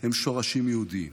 הם שורשים יהודיים.